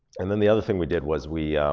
and then, the other thing we did was we